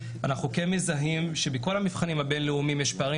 אנחנו כן מזהים שבכל המבחנים הבינלאומיים יש פערים